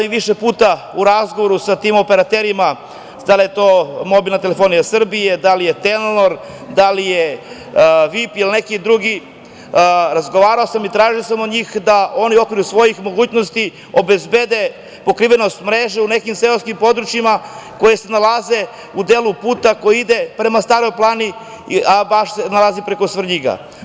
Više puta sam u razgovoru sa tim operaterima, sada je to „Mobilna telefonija Srbije“, da li je „Telenor“, da li je VIP ili neki drugi, razgovarao sam i tražio sam od njih da oni u okviru svojih mogućnosti obezbede pokrivenost mreže u nekim seoskim područjima koja se nalaze u delu puta koji ide prema Staroj planini, a baš se nalazi preko Svrljiga.